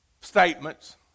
statements